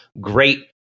great